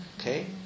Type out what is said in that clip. Okay